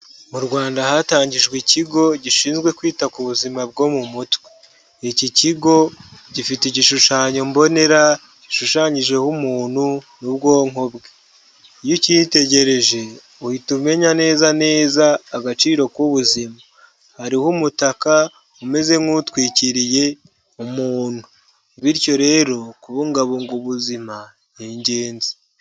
Mu Rwanda hatangijwe ikigo gishinzwe kwita ku buzima bwo mu mutwe. Iki kigo gifite igishushanyo mbonera gishushanyijeho umuntu n'ubwonko bwe. Iyo ucyitegereje, uhita umenya neza neza agaciro k'ubuzima. Hariho umutaka umeze nk'utwikiriye umuntu. Bityo rero, kubungabunga ubuzima ni ingenzi.